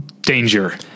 danger